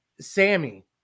Sammy